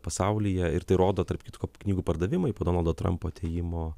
pasaulyje ir tai rodo tarp kitko knygų pardavimai po donaldo trumpo atėjimo